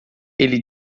ele